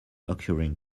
occurring